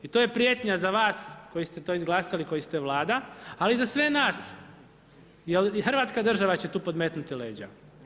I to je prijetnja za vas koji ste to izglasali, koji ste Vlada, a i za sve nas jer i Hrvatska država će tu podmetnuti leđa.